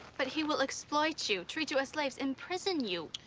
but he will exploit you, treat you as slaves, imprison you.